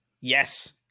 Yes